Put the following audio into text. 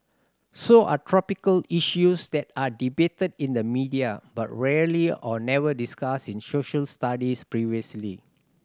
so are topical issues that are debated in the media but rarely or never discussed in Social Studies previously